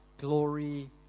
glory